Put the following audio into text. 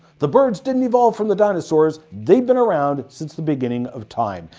the birds didn't evolve from the dinosaurs they've been around since the beginning of time,